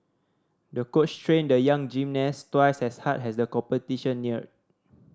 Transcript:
the coach trained the young gymnast twice as hard as the competition neared